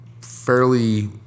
fairly